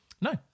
No